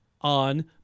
on